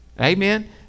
Amen